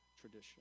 tradition